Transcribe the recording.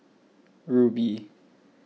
Rubi